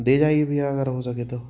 दे जाइए भईया अगर हो सके तो